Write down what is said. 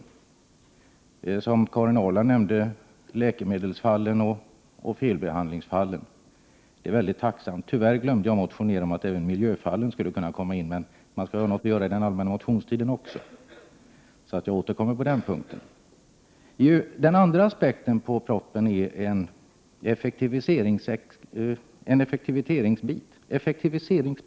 Det gäller, som Karin Ahrland nämnde, läkemedelsfallen och felbehandlingsfallen. Det är fråga om mycket tacknämliga förbättringar. Jag glömde tyvärr att motionera om att även miljöfallen skulle omfattas, men man skall ju ha något att göra också under den allmänna motionstiden. Jag återkommer således på denna punkt. 145 Den andra aspekten på propositionen gäller förslagen till effektiviseringar.